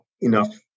enough